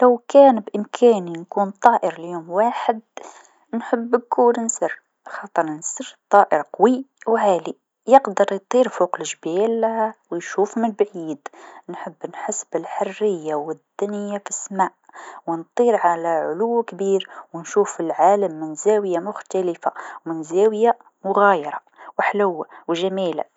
لو بإمكاني نكون طائر ليوم واحد نحب نكون نسر خاطر النسر طائر قوي و عالي يقدر يطير قوف لجبال و يشوف من البعيد، نحب نحس بالحريه و الدنيا في السما و نطير على علو كبير و نشوف العالم من زاويه مختلفه من زاوية مغايره و حلوه و جميله.